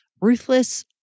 ruthless